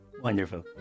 Wonderful